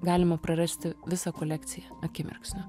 galima prarasti visą kolekciją akimirksniu